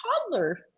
toddler